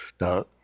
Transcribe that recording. Now